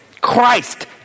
Christ